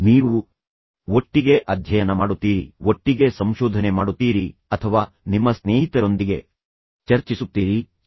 ನೀವು ಒಟ್ಟಿಗೆ ಅಧ್ಯಯನ ಮಾಡುತ್ತೀರಿ ಒಟ್ಟಿಗೆ ಸಂಶೋಧನೆ ಮಾಡುತ್ತೀರಿ ಅಥವಾ ನಿಮ್ಮ ಸ್ನೇಹಿತರೊಂದಿಗೆ ಆಲೋಚನೆಗಳನ್ನು ಹಂಚಿಕೊಳ್ಳುತ್ತಲೇ ಇರಿ ನೀವು ಅದರ ಬಗ್ಗೆ ಚರ್ಚಿಸುತ್ತೀರಿ ಮತ್ತು ನಂತರ ನೀವು ದೀರ್ಘಕಾಲ ಮಾತನಾಡುತ್ತೀರಿ